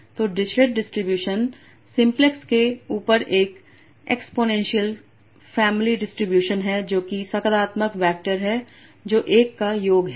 तो Dirichlet distribution simplex के ऊपर एक एक्सपोनेंशियल फॅमिली डिस्ट्रीब्यूशन है जो कि सकारात्मक वैक्टर है जो 1 का योग है